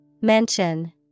Mention